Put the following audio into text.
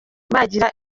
bagira